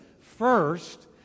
first